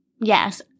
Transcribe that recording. Yes